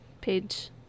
Page